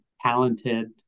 talented